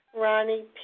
Ronnie